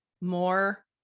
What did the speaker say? more